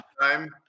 time